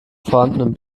vorhandenen